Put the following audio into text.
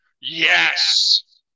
yes